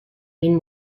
این